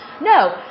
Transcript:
No